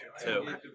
Two